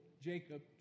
Jacob